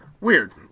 Weird